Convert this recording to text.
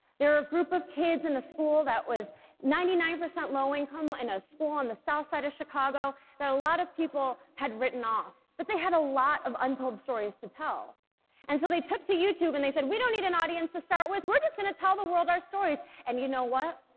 they're a group of kids in a school that was ninety nine percent low-income and a school on the south side of chicago that a lot of people had written off, but they had a lot of untold stories to tell and so they took to youtube and they said we don't need an audience to start with we're just gonna tell the world our stories and you know what?